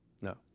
No